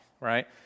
right